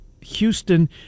Houston